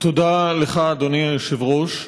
תודה לך, אדוני היושב-ראש.